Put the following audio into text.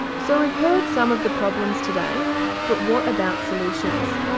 so we've heard some of the problems today but what about solutions.